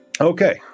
Okay